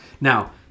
Now